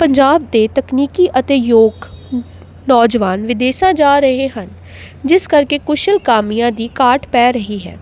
ਪੰਜਾਬ ਦੇ ਤਕਨੀਕੀ ਅਤੇ ਯੋਗ ਨੌਜਵਾਨ ਵਿਦੇਸ਼ਾਂ ਜਾ ਰਹੇ ਹਨ ਜਿਸ ਕਰਕੇ ਕੁਸ਼ਲ ਕਾਮਿਆਂ ਦੀ ਘਾਟ ਪੈ ਰਹੀ ਹੈ